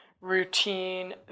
routine